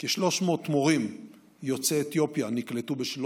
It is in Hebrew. כ-300 מורים יוצאי אתיופיה נקלטו בשלוש